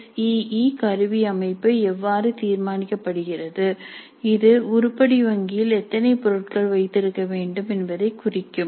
S E கருவி அமைப்பு எவ்வாறு தீர்மானிக்கப்படுகிறது இது உருப்படி வங்கியில் எத்தனை பொருட்களை வைத்திருக்க வேண்டும் என்பதைக் குறிக்கும்